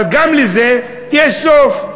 אבל גם לזה יש סוף.